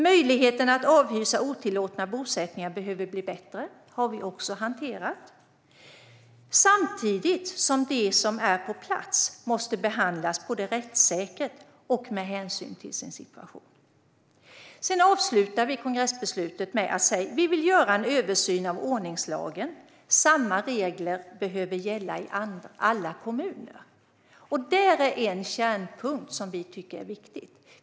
"Möjligheten att avhysa otillåtna bosättningar behöver bli bättre" - det har vi också hanterat - "samtidigt som de som är på plats måste behandlas rättssäkert och med hänsyn till sin situation." Vi avslutar kongressbeslutet med att säga: "Vi vill göra en översyn av ordningslagen - samma regler behöver gälla i alla kommuner." Det är en kärnpunkt som vi tycker är viktig.